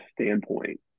standpoint